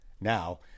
Now